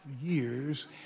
years